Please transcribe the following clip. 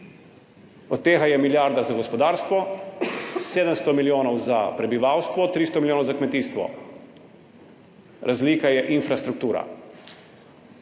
Od tega je milijarda za gospodarstvo, 700 milijonov za prebivalstvo, 300 milijonov za kmetijstvo. Razlika je infrastruktura,